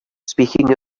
speaking